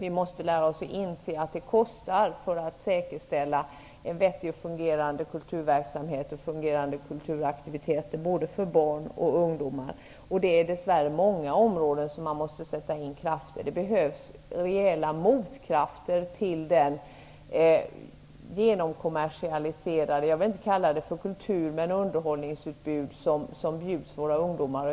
Vi måste lära oss att inse att det kostar att säkerställa en vettigt fungerande kulturverksamhet, både för barn och för ungdomar. Det är dess värre på många områden som man måste sätta in krafter. Det behövs rejäla motkrafter till det genomkommersialiserade -- jag vill inte kalla det för kultur -- underhållningsutbud som erbjuds våra ungdomar.